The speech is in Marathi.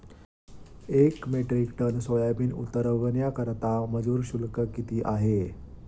एक मेट्रिक टन सोयाबीन उतरवण्याकरता मजूर शुल्क किती आहे?